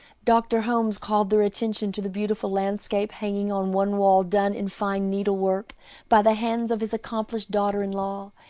dr. holmes called their attention to the beautiful landscape hanging on one wall done in fine needlework by the hands of his accomplished daughter-in-law,